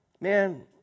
Man